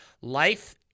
Life